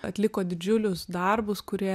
atliko didžiulius darbus kurie